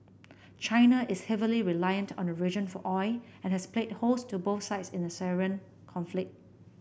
China is heavily reliant on the region for oil and has played host to both sides in the Syrian conflict